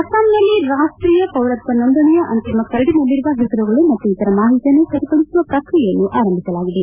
ಅಸ್ಸಾಂನಲ್ಲಿ ರಾಷ್ಷೀಯ ಪೌರತ್ವ ನೋಂದಣಿಯ ಅಂತಿಮ ಕರಡಿನಲ್ಲಿರುವ ಹೆಸರುಗಳು ಮತ್ತು ಇತರ ಮಾಹಿತಿಯನ್ನು ಸರಿಪಡಿಸುವ ಪ್ರಕ್ರಿಯೆಯನ್ನು ಆರಂಭಿಸಲಾಗಿದೆ